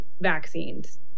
vaccines